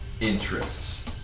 interests